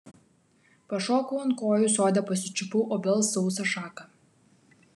pašokau ant kojų sode pasičiupau obels sausą šaką